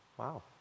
Wow